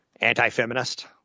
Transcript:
anti-feminist